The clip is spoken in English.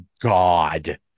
God